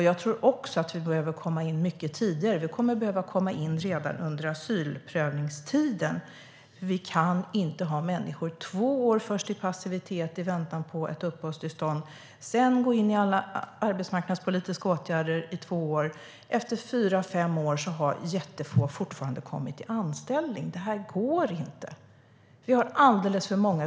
Jag tror också att vi behöver komma in mycket tidigare. Vi behöver komma in redan under asylprövningstiden. Vi kan inte ha människor först två år i passivitet i väntan på ett uppehållstillstånd. Sedan går de in i alla arbetsmarknadspolitiska åtgärder i två år. Efter fyra fem år har jättefå kommit i anställning. Det går inte.